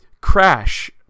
Crash